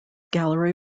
gallery